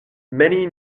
many